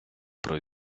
про